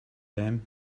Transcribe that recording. them